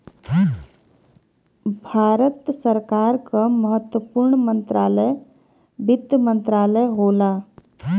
भारत सरकार क महत्वपूर्ण मंत्रालय वित्त मंत्रालय होला